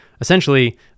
essentially